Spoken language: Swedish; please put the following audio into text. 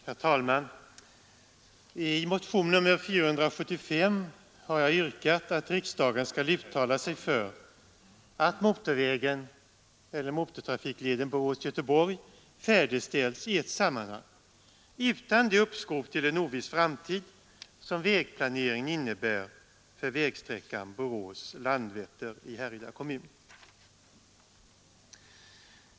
Herr talman! I motionen 475 har jag yrkat att riksdagen skall uttala sig för att motorvägen eller motortrafikleden Borås—Göteborg färdigställes i ett sammanhang utan det uppskov till en oviss framtid som den fastställda vägplaneringen innebär för vägsträckan Borås—Landvetter.